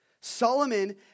Solomon